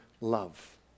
love